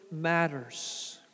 matters